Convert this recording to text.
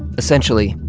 essentially,